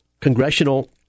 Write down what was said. Congressional